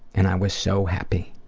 and i was so happy.